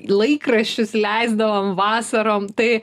laikraščius leisdavom vasarom tai